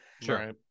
Sure